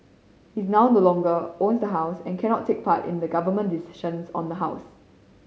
his now no longer own the house and can not take part in the Government decisions on the house